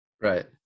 right